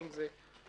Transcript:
האם זה נוסף.